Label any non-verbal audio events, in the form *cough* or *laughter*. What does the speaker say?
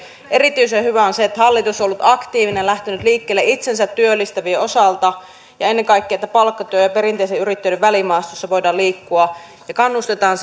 erityisen hyvä on se että hallitus on ollut aktiivinen ja lähtenyt liikkeelle itsensä työllistävien osalta ja ennen kaikkea että palkkatyön ja perinteisen yrittäjyyden välimaastossa voidaan liikkua ja kannustetaan *unintelligible*